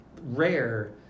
rare